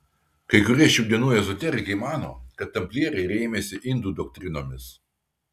kai kurie šių dienų ezoterikai mano kad tamplieriai rėmėsi indų doktrinomis